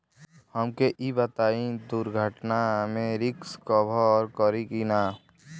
हमके ई बताईं दुर्घटना में रिस्क कभर करी कि ना?